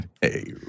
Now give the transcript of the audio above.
hey